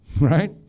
right